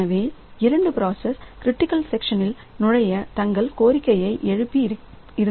எனவே இரண்டு process critical செக்ஷனில் நுழைய தங்கள் கோரிக்கையை எழுப்பி இருந்தன